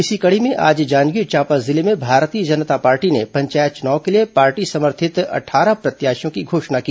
इसी कड़ी में आज जांजगीर चांपा जिले में भारतीय जनता पार्टी ने पंचायत चुनाव के लिए पार्टी समर्थित अट्ठारह प्रत्याशियों की घोषणा की